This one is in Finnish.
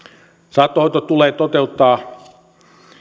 saattohoito tulee toteuttaa